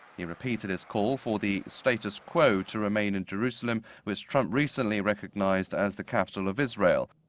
he repeated his call for the status quo to remain in jerusalem, which trump recently recognized as the capital of israel.